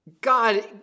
God